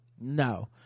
No